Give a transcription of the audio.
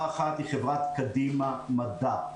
חברה אחת היא חברת "קדימה מדע".